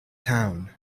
town